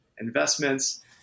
investments